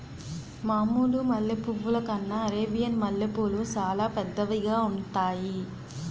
మామూలు మల్లె పువ్వుల కన్నా అరేబియన్ మల్లెపూలు సాలా పెద్దవిగా ఉంతాయి